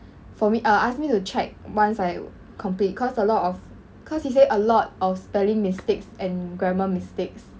for me err ask me to check once I complete cause a lot of cause he say a lot of spelling mistakes and grammar mistakes